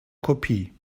kopie